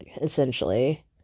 essentially